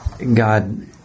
God